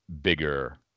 bigger